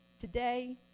today